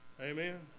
Amen